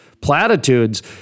platitudes